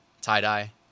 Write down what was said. tie-dye